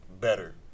better